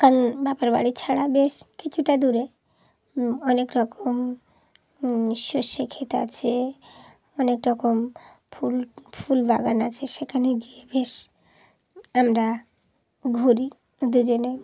কারণ বাপার বাড়ি ছাড়া বেশ কিছুটা দূরে অনেক রকম সর্ষে ক্ষেত আছে অনেক রকম ফুল ফুল বাগান আছে সেখানে গিয়ে বেশ আমরা ঘুরি দুজনে